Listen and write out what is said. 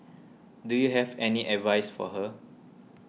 do you have any advice for her